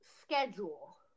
schedule